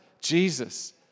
Jesus